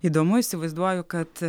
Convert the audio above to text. įdomu įsivaizduoju kad